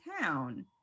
town